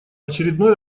очередной